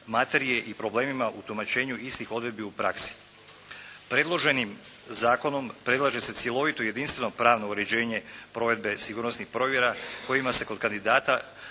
materije i problemima u tumačenju istih odredbi u praksi. Predloženim zakonom predlaže se cjelovito i jedinstveno pravno uređenje provedbe sigurnosnih provjera kojima se kod kandidata